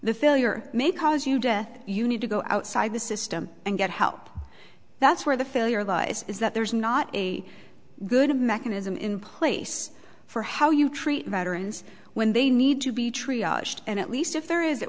the failure may cause you death you need to go outside the system and get help that's where the failure lies is that there's not a good mechanism in place for how you treat veterans when they need to be true and at least if there is it